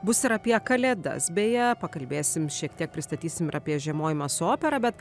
bus ir apie kalėdas beje pakalbėsim šiek tiek pristatysim ir apie žiemojimą su opera bet